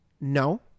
No